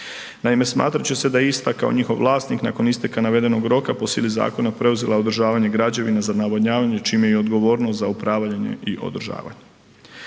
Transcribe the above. Naime, smatrat će se da je ista kao njihov vlasnik nakon isteka navedenog roka po sili zakona preuzela održavanje građevina za navodnjavanje čime i odgovornost za upravljanje i održavanje.